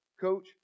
coach